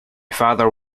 father